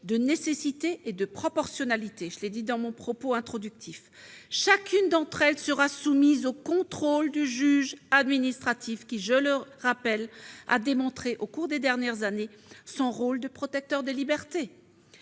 de nécessité et de proportionnalité. Chacune d'entre elles sera soumise au contrôle du juge administratif, qui, je le rappelle, a démontré, au cours des dernières années, son rôle de protecteur des libertés.